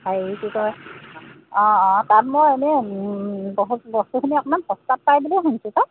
হেৰি কি কয় অঁ অঁ তাত মই এনেই বহুত বস্তুখিনি অকণমান সস্তাত পাই বুলি শুনিছোঁ পায়